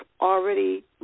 already